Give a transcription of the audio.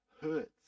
hurts